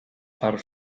are